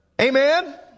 Amen